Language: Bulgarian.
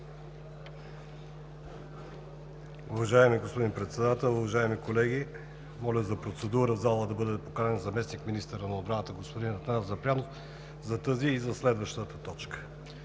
Уважаеми господин Председател, уважаеми колеги! Моля за процедура в залата да бъде поканен заместник-министъра на отбраната господин Атанас Запрянов за тази и за следващата точка.